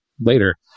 later